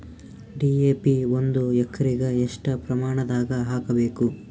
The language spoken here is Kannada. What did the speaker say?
ಡಿ.ಎ.ಪಿ ಒಂದು ಎಕರಿಗ ಎಷ್ಟ ಪ್ರಮಾಣದಾಗ ಹಾಕಬೇಕು?